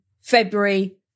February